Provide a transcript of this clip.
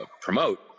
promote